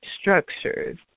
structures